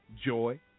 joy